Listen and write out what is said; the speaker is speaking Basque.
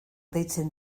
deitzen